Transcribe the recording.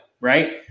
Right